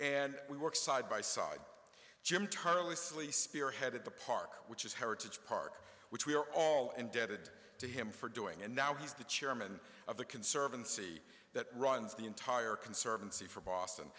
and we work side by side jim tirelessly spearheaded the park which is heritage park which we're all indebted to him for doing and now he's the chairman of the conservancy that runs the entire conservancy from boston